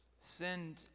send